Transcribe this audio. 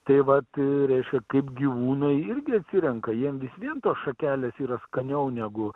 tai vat reiškia kaip gyvūnai irgi atsirenka jiem vis vien tos šakelės yra skaniau negu